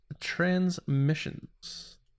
transmissions